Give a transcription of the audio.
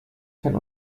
kein